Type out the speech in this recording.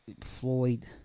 Floyd